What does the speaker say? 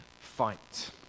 fight